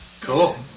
Cool